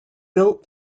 built